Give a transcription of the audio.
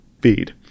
feed